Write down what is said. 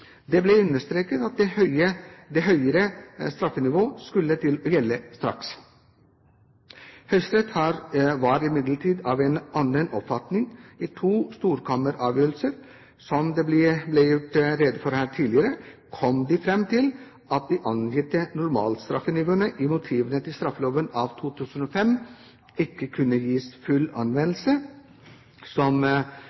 Det ble understreket at det forhøyede straffenivået skulle ta til å gjelde straks. Høyesterett var imidlertid av en annen oppfatning. I to storkammeravgjørelser – som det ble gjort rede for her tidligere – kom de fram til at de angitte normalstraffenivåene i motivene til straffeloven av 2005 ikke kunne gis full